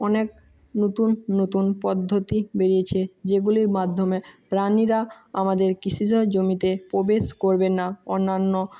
অনেক নতুন নতুন পদ্ধতি বেরিয়েছে যেগুলির মাধ্যমে প্রাণীরা আমাদের কৃ ষিজ জমিতে প্রবেশ করবে না অন্যান্য